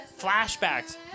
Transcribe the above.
flashbacks